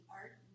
art